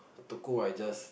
Tekong I just